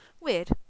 weird